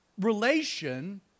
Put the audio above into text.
relation